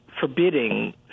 forbidding